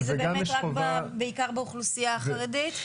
כי זה באמת רק בעיקר באוכלוסייה החרדית.